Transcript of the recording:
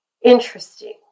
Interesting